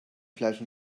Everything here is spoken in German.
fleisch